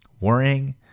worrying